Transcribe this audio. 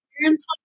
parents